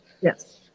Yes